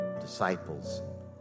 disciples